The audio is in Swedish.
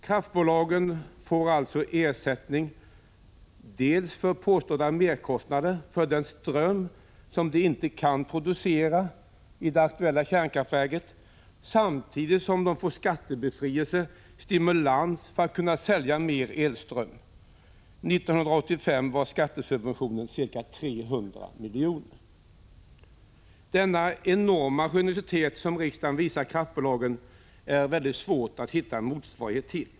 Kraftbolagen får alltså dels ersättning för påstådda merkostnader för den ström de inte har kunnat producera i det aktuella kärnkraftverket, dels en skattebefrielse som stimulans för att kunna sälja mer elström. 1985 uppgick skattesubventionen till ca 300 miljoner. Denna enorma generositet som riksdagen visar kraftbolagen är det mycket svårt att hitta en motsvarighet till.